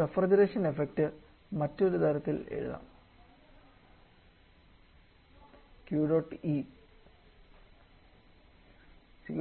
refrigeration effect മറ്റൊരു തരത്തിൽ എഴുതാം Q dot E ṁ